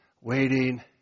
waiting